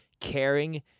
caring